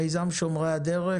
מיזם "שומרי הדרך",